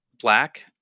black